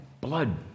blood